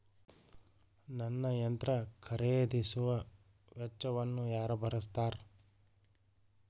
ನನ್ನ ಯಂತ್ರ ಖರೇದಿಸುವ ವೆಚ್ಚವನ್ನು ಯಾರ ಭರ್ಸತಾರ್?